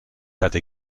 hatte